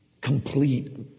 complete